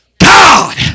God